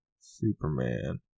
Superman